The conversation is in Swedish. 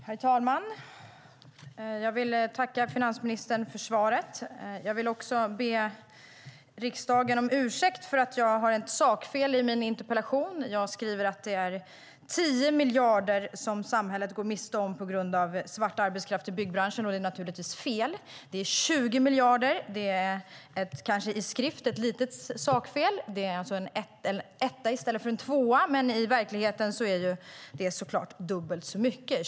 Herr talman! Jag vill tacka finansministern för svaret. Jag vill också be riksdagen om ursäkt för att jag har ett sakfel i min interpellation. Jag skriver att det är 10 miljarder som samhället går miste om på grund av svart arbetskraft i byggbranschen, men det är naturligtvis fel. Det är 20 miljarder. I skrift är det ett litet sakfel - en etta i stället för en tvåa - men i verkligheten är det dubbelt så mycket.